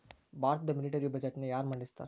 ಭಾರತದ ಮಿಲಿಟರಿ ಬಜೆಟ್ನ ಯಾರ ಮಂಡಿಸ್ತಾರಾ